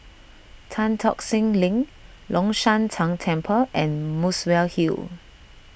Tan Tock Seng Link Long Shan Tang Temple and Muswell Hill